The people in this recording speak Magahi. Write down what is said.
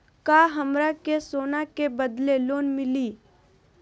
का हमरा के सोना के बदले लोन मिलि?